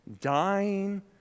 dying